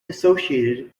associated